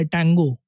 Tango